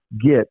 get